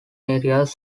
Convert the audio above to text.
areas